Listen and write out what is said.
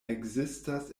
ekzistas